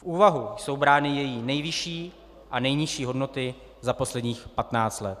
V úvahu jsou brány její nejvyšší a nejnižší hodnoty za posledních 15 let.